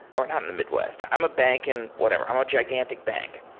or not in the midwest. i'm ah bank in whatever. i'm a gigantic bank.